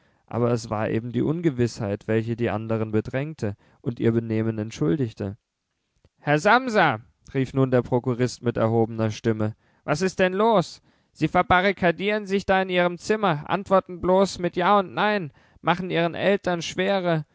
aber es war eben die ungewißheit welche die anderen bedrängte und ihr benehmen entschuldigte herr samsa rief nun der prokurist mit erhobener stimme was ist denn los sie verbarrikadieren sich da in ihrem zimmer antworten bloß mit ja und nein machen ihren eltern schwere